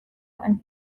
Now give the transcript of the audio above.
and